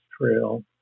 trail